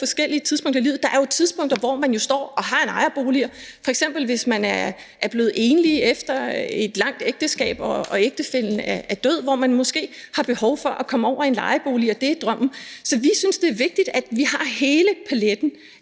forskellige tidspunkter i livet. Der er jo et tidspunkt, hvor man står og har en ejerbolig, f.eks. hvis man er blevet enlig efter et langt ægteskab og ægtefællen er død, og hvor man måske har behov for at komme over i en lejebolig og det er drømmen. Så vi synes, det er vigtigt, at vi har hele paletten